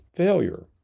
Failure